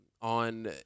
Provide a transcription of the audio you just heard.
On